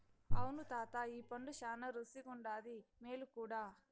అవును తాతా ఈ పండు శానా రుసిగుండాది, మేలు కూడా